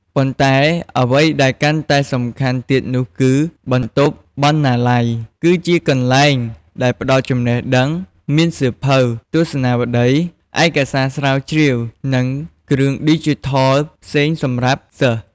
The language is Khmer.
ប៉ុន្តែអ្វីដែលកាន់តែសំខាន់ទៀតនោះគឺ បន្ទប់បណ្ណាល័យ គឺជាកន្លែងដែលផ្តល់ចំណេះដឹង មានសៀវភៅ ទស្សនាវដ្តី ឯកសារស្រាវជ្រាវ និងគ្រឿងឌីជីថលផ្សេងសម្រាប់សិស្ស។